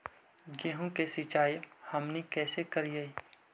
गेहूं के सिंचाई हमनि कैसे कारियय?